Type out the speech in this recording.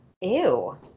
ew